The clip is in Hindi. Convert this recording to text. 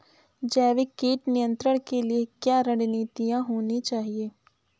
जैविक कीट नियंत्रण के लिए क्या रणनीतियां होनी चाहिए?